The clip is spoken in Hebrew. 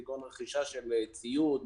כגון רכישה של ציוד,